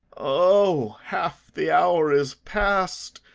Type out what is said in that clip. o, half the hour is past!